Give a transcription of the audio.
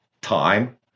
time